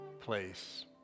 place